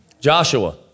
Joshua